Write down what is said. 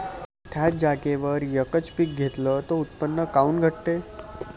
थ्याच जागेवर यकच पीक घेतलं त उत्पन्न काऊन घटते?